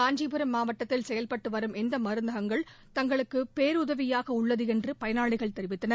காஞ்சிபுரம் மாவட்டத்தில் செயல்பட்டு வரும் இந்த மருந்தகங்கள் தங்களுக்க பேருதவியாக உள்ளது என பயனாளிகள் தெரிவித்தனர்